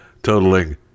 totaling